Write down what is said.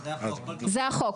זה החוק,